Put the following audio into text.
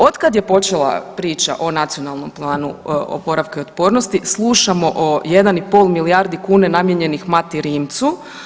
Od kada je počela priča o Nacionalnom planu oporavka i otpornosti slušamo o 1,5 milijarde kuna namijenjenih Mati Rimcu.